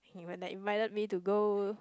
even they invited me to go